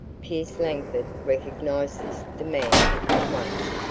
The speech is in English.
pierce langford recognized this demand at once.